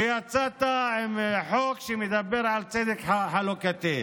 ויצאת עם חוק שמדבר על צדק חלוקתי.